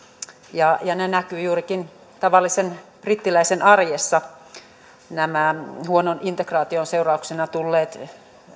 juurikin tavallisen brittiläisen arjessa näkyivät huonon integraation seurauksena tulleet